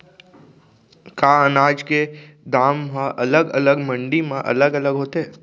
का अनाज के दाम हा अलग अलग मंडी म अलग अलग होथे?